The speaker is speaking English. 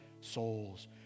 souls